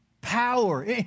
Power